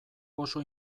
oso